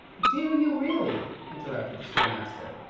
do you, really? interrupted the school-master,